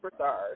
superstars